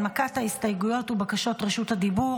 הנמקת ההסתייגויות ובקשות רשות הדיבור